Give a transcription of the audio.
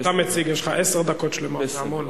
אתה מציג, יש לך עשר דקות שלמות, זה המון.